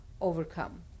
overcome